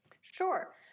Sure